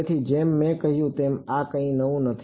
તેથી જેમ મેં કહ્યું તેમ આ કંઈ નવું નથી